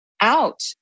out